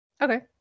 Okay